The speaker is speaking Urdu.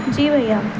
جی بھیا